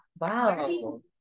wow